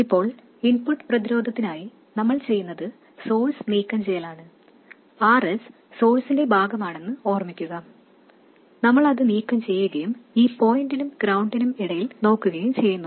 ഇപ്പോൾ ഇൻപുട്ട് പ്രതിരോധത്തിനായി നമ്മൾ ചെയ്യുന്നത് സോഴ്സ് നീക്കംചെയ്യലാണ് Rs സോഴ്സിന്റെ ഭാഗമാണെന്ന് ഓർമ്മിക്കുക നമ്മൾ അത് നീക്കം ചെയ്യുകയും ഈ പോയിന്റിനും ഗ്രൌണ്ടിനും ഇടയിൽ നോക്കുകയും ചെയ്യുന്നു